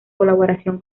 colaboración